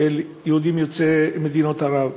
של יהודים יוצאי מדינות ערב.